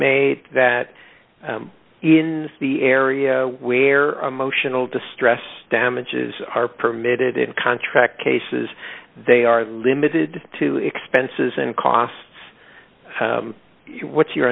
made that in the area where emotional distress damages are permitted in a contract cases they are limited to expenses and costs what's your